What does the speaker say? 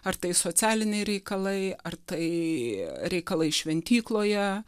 ar tai socialiniai reikalai ar tai reikalai šventykloje